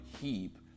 keep